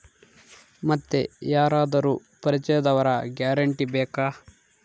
ಮತ್ತೆ ಯಾರಾದರೂ ಪರಿಚಯದವರ ಗ್ಯಾರಂಟಿ ಬೇಕಾ?